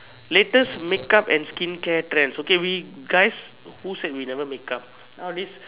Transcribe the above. latest makeup and skincare trend okay we guys who say we never makeup nowadays